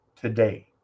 today